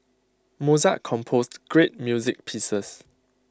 Mozart composed great music pieces